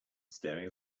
staring